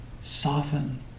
soften